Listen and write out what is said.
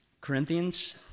Corinthians